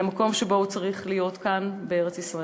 אל המקום שבו הוא צריך להיות, כאן בארץ-ישראל.